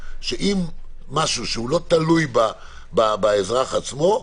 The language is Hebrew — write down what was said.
שאם משהו שלא תלוי באזרח עצמו,